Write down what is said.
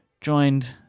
joined